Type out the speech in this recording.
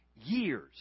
years